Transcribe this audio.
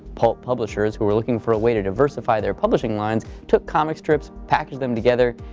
pulp publishers who were looking for a way to diversify their publishing lines took comic strips, packaged them together,